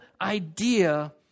idea